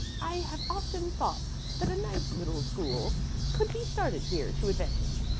i have often thought that a nice little school could be started here to advantage,